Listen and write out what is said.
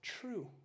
true